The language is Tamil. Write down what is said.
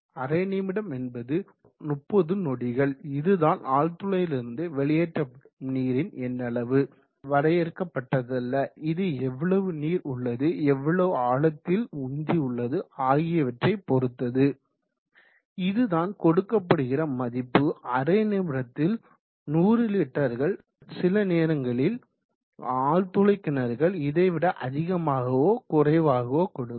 அரை நிமிடம் என்பது 30 நொடிகள் இதுதான் ஆழ்துளையிலிருந்து வெளியேற்றப்படும் நீரின் எண்ணளவு இது வரையறுக்கப்பட்டதல்ல இது எவ்வளவு நீர் உள்ளது எவ்வளவு ஆழத்தில் உந்தி உள்ளது ஆகியவற்றை பொறுத்தது இதுதான் கொடுக்கப்படுகிற மதிப்பு அரைநிமிடத்தில் 100 லிட்டர்கள் சில நேரங்களில் ஆழ்துளை கிணறுகள் இதைவிட அதிகமாகவோ குறைவாகவோ கொடுக்கும்